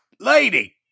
Lady